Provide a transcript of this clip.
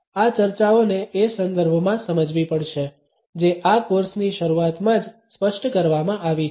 આ ચર્ચાઓને એ સંદર્ભમાં સમજવી પડશે જે આ કોર્સ ની શરૂઆતમાં જ સ્પષ્ટ કરવામાં આવી છે